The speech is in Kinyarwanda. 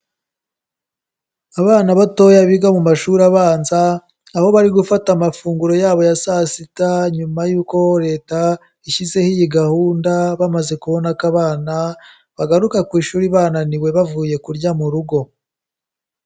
Abana batoya biga mu mashuri abanza, aho bari gufata amafunguro yabo ya saa sita, nyuma y'uko Leta yashyizeho iyi gahunda bamaze kubona ko abana bagaruka ku ishuri bananiwe, bavuye kurya mu rugo.